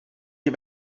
die